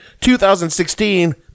2016